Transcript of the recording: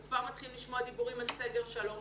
אני כבר מתחילים לשמוע דיבורים על סגר שלוש,